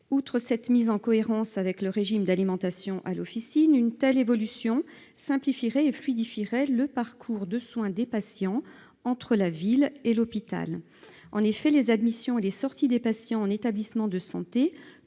Outre cette mise en cohérence avec le régime d'alimentation à l'officine, une telle évolution simplifierait et fluidifierait le parcours de soins des patients entre la ville et l'hôpital. En effet, les admissions et les sorties de patients en établissement de santé